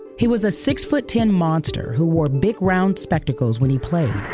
he was a six-foot, ten monster who wore big round spectacles when he played.